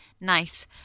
Nice